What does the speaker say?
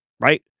right